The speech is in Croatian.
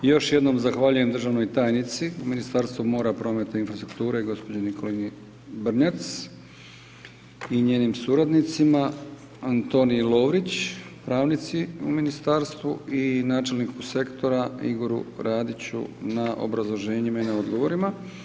I još jednom zahvaljujem državnoj tajnici u Ministarstvu mora, prometa i infrastrukture, gđi. Nikolini Brnjac i njenim suradnicima, Antoniji Lovrić, pravnici u Ministarstvu i načelniku sektora Igoru Radiću na obrazloženjima i na odgovorima.